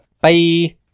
Bye